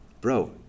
bro